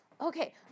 Okay